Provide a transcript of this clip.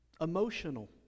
emotional